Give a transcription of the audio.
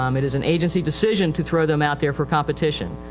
um it is an agency decision to throw them out there for competition.